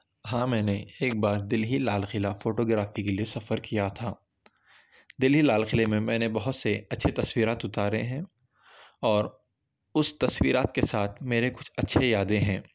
ہاں میں نے ایک بار دلہی لال قلعہ فوٹوگرافی کے لیے سفر کیا تھا دلہی لال قلعہ میں میں نے بہت سے اچھے تصویرات اتارے ہیں اور اس تصویرات کے ساتھ میرے کچھ اچھے یادیں ہیں